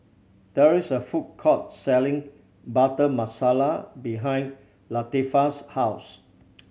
there is a food court selling Butter Masala behind Latifah's house